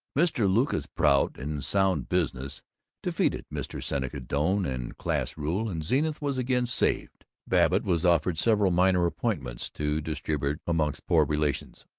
mr. lucas prout and sound business defeated mr. seneca doane and class rule, and zenith was again saved. babbitt was offered several minor appointments to distribute among poor relations,